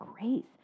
grace